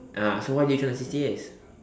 ah so why did you join the C_C_A